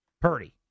Purdy